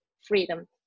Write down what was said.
freedom